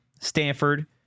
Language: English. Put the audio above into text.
Stanford